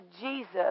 Jesus